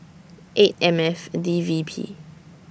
eight M F D V P